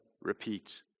repeat